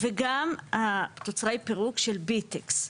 וגם תוצרי פירוק של ביטקס.